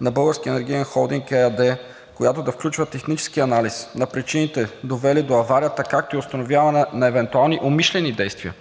на „Българския енергиен холдинг“ ЕАД, която да включва технически анализ на причините, довели до аварията, както и установяване на евентуални умишлени действия.